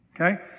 Okay